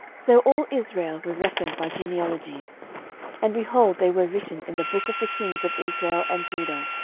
so all israel were reckoned by genealogies and, behold, they were written in the book of the kings of israel and judah,